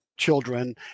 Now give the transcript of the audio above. children